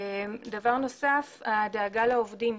נושא נוסף הוא הסוגיה של העובדים,